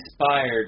inspired